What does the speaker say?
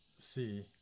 see